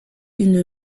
une